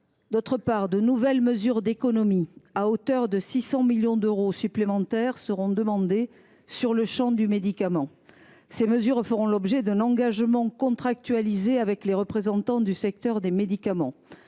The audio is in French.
ailleurs, de nouvelles mesures d’économie à hauteur de 600 millions d’euros supplémentaires seront demandées sur le champ du médicament. Ces mesures feront l’objet d’un engagement contractualisé avec les représentants du secteur – il s’agit